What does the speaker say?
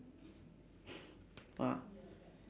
!wah!